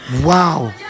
wow